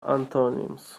antonyms